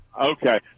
Okay